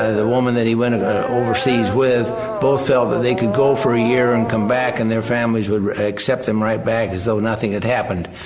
ah the woman that he went and ah overseas with both felt that they could go for a year and come back and their families would accept them right back as though nothing had happened.